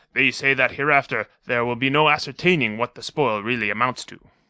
they say that hereafter there will be no ascertaining what the spoil really amounts to.